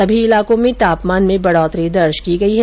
सभी इलाकों में तापमान में बढोतरी दर्ज की गई है